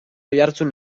oiartzun